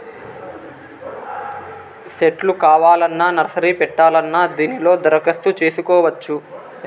సెట్లు కావాలన్నా నర్సరీ పెట్టాలన్నా దీనిలో దరఖాస్తు చేసుకోవచ్చు